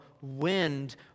wind